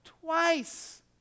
twice